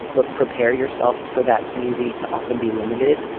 but prepare yourself for that community to often be limited.